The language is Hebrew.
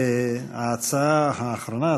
ההצעה האחרונה,